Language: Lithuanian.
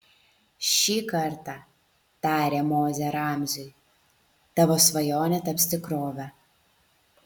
šį kartą tarė mozė ramziui tavo svajonė taps tikrove